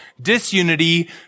disunity